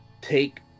take